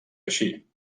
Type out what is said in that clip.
així